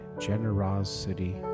generosity